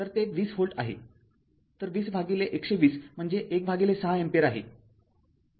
तर ते २० व्होल्ट आहे तर २०१२० म्हणजे १६ अँपीअर आहे